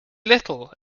little